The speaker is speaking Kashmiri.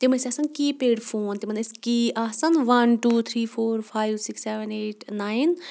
تِم ٲسۍ آسان کی پیڈ فون تِمن ٲسۍ کی آسَان one two three four five six seven eight nine